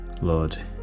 Lord